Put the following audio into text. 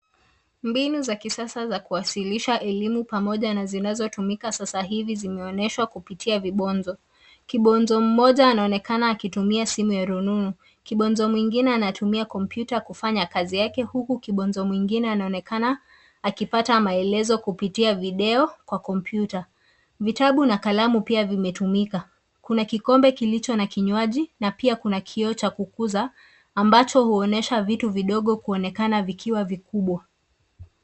Mbinu za kisasa za kuwasilisha elimu pamoja na zinazotumika sasa hivi zinaonyeshwa kupitia vibonzo. Kibonzo mmoja anaonekana akitumia simu ya rununu. Kibonzo mwingine anatumia kompyuta kufanya kazi yake huku kibonzo mwingine anaonekana akipata maelezo kupitia video kwa kompyuta. Vitabu na kalamu pia vimetumika. Kuna kikombe kilicho na kinywaji na pia kuna kioo cha kukuza ambacho huonyesha vitu vidogo kuonekana vikiwa vikubwa.